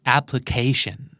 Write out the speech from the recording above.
Application